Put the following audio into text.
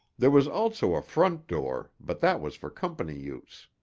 there was also a front door, but that was for company use.